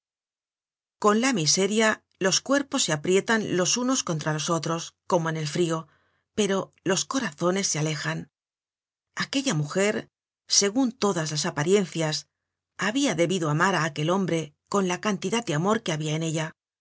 con la miseria los cuerpos se aprietan los unos contra los otros como con el frio pero los corazones se alejan aquella mujer segun todas las apariencias habia debido amar á aquel hombre con la cantidad de amor que habia en ella